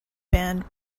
band